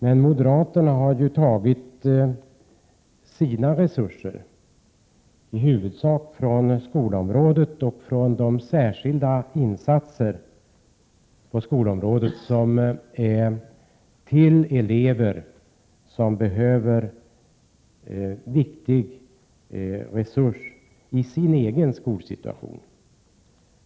Men moderaterna har ju tagit sina resurser i huvudsak från anslaget Särskilda insatser på skolområdet, som är till för elever som behöver stöd i sin skolsituation.